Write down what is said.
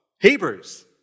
Hebrews